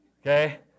Okay